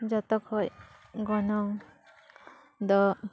ᱡᱚᱛᱚ ᱠᱷᱚᱱ ᱜᱚᱱᱚᱝ ᱫᱚ